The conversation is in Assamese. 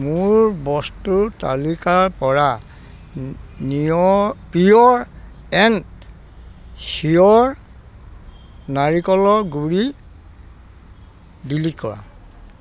মোৰ বস্তুৰ তালিকাৰপৰা নিঅ' পিয়'ৰ এণ্ড চিয়'ৰ নাৰিকলৰ গুড়ি ডিলিট কৰা